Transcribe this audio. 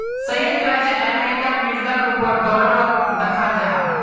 संयुक्त राज्य अमेरिकार मुद्रा रूपोत डॉलरोक दखाल जाहा